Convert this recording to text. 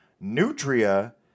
Nutria